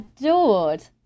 adored